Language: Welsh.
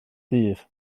dydd